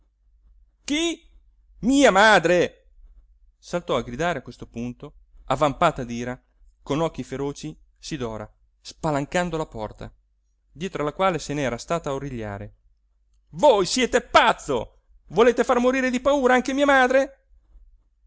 mia madre saltò a gridare a questo punto avvampata d'ira con occhi feroci sidora spalancando la porta dietro alla quale se ne era stata a origliare voi siete pazzo volete far morire di paura anche mia madre